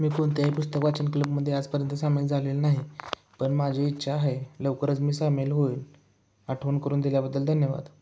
मी कोणत्याही पुस्तक वाचन क्लबमध्ये आजपर्यंत सामील झालेलो नाही पण माझी इच्छा आहे लवकरच मी सामील होईल आठवण करून दिल्याबद्दल धन्यवाद